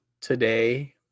today